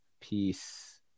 peace